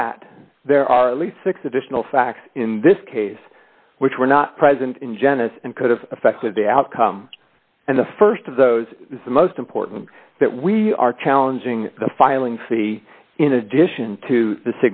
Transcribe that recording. that there are at least six additional facts in this case which were not present in genesis and could have affected the outcome and the st of those is the most important that we are challenging the filing fee in addition to the